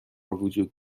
وجود